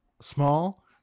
small